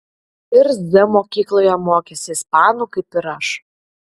ir z mokykloje mokėsi ispanų kaip ir aš